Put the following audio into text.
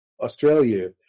Australia